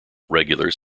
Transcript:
regulars